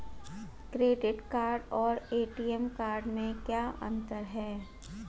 Credit card और ATM card में क्या अंतर है?